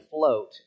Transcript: float